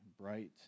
bright